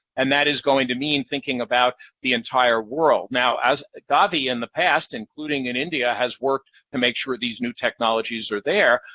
and that is going to mean thinking about the entire world. now, ah gavi, in the past, including in india, has worked to make sure these new technologies are there,